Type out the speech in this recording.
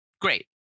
Great